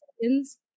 seconds